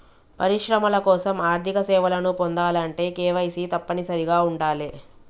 పరిశ్రమల కోసం ఆర్థిక సేవలను పొందాలంటే కేవైసీ తప్పనిసరిగా ఉండాలే